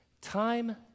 Time